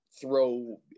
throw